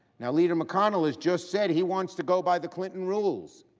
and leader mcconnell has just said he wants to go by the clinton rules.